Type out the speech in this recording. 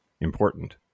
important